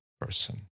person